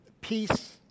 peace